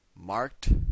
marked